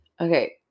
Okay